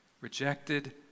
rejected